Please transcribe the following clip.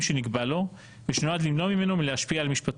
שנקבע לו ושנועד למנוע ממנו מלהשפיע על משפטו.